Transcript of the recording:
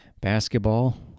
Basketball